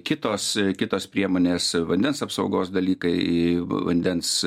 kitos kitos priemonės vandens apsaugos dalykai vandens